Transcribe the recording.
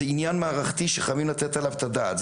זה עניין מערכתי שחייבים לתת עליו את הדעת.